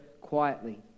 quietly